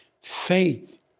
Faith